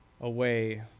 away